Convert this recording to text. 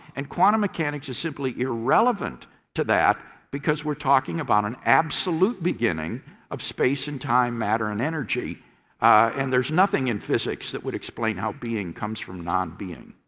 and quantum mechanics is simply irrelevant to that because we are talking about an absolute beginning of space and time, matter and energy and there is nothing in physics that would explain how being comes from nonbeing.